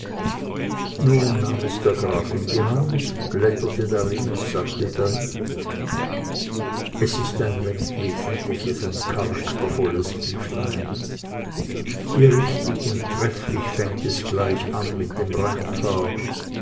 nun nahm es der graf in die hand blätterte darin und sagte dann es ist ein recht wesentliches und charaktervolles büchlein wie richtig und trefflich fängt es gleich an mit dem